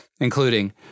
including